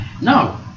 No